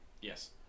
Yes